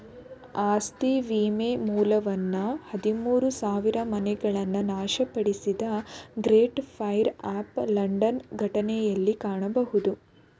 ಆಸ್ತಿ ವಿಮೆ ಮೂಲವನ್ನ ಹದಿಮೂರು ಸಾವಿರಮನೆಗಳನ್ನ ನಾಶಪಡಿಸಿದ ಗ್ರೇಟ್ ಫೈರ್ ಆಫ್ ಲಂಡನ್ ಘಟನೆಯಲ್ಲಿ ಕಾಣಬಹುದು